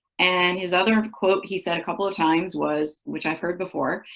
and his other quote he said a couple of times was, which i've heard before,